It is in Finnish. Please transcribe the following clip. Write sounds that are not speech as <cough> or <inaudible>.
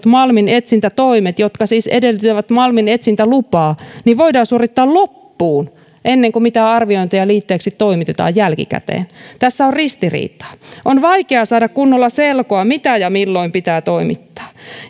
<unintelligible> malminetsintätoimet jotka siis edellyttävät malminetsintälupaa voidaan suorittaa loppuun ennen kuin mitään arviointeja liitteeksi toimitetaan jälkikäteen tässä on ristiriitaa on vaikeaa saada kunnolla selkoa mitä ja milloin pitää toimittaa